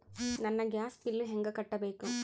ನನ್ನ gas bill ಹೆಂಗ ಕಟ್ಟಬೇಕು?